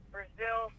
Brazil